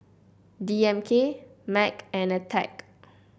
D M K Mac and Attack